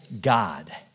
God